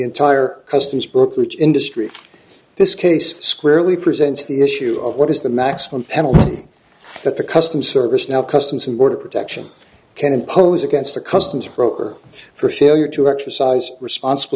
entire customs book which industry this case squarely presents the issue of what is the maximum penalty that the customs service now customs and border protection can impose against a customs broker for failure to exercise responsible